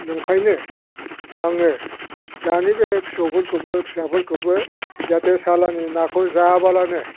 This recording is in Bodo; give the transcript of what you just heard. नंखायनो आङो दानि बे फिसौफोरखौबो फिसाफोरखौबो जाथे सालानि नाखौ जायाबालानो